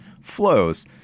flows